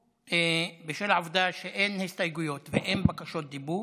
בשל העובדה שאין הסתייגויות ואין בקשות דיבור,